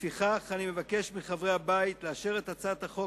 לפיכך אני מבקש מחברי הבית לאשר את הצעת החוק,